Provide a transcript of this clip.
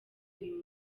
uyu